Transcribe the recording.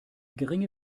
geringe